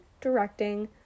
Directing